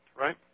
right